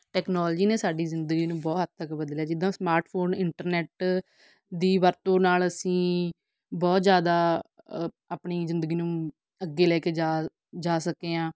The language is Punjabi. ਟੈਕਨੋਲਜੀ ਨੇ ਸਾਡੀ ਜ਼ਿੰਦਗੀ ਨੂੰ ਬਹੁਤ ਹੱਦ ਤੱਕ ਬਦਲਿਆ ਜਿੱਦਾਂ ਸਮਾਰਟਫੋਨ ਇੰਟਰਨੈੱਟ ਦੀ ਵਰਤੋਂ ਨਾਲ ਅਸੀਂ ਬਹੁਤ ਜ਼ਿਆਦਾ ਅ ਆਪਣੀ ਜ਼ਿੰਦਗੀ ਨੂੰ ਅੱਗੇ ਲੈ ਕੇ ਜਾ ਜਾ ਸਕੇ ਹਾਂ